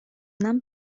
нам